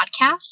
podcast